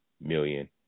million